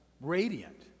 radiant